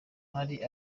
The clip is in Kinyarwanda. hari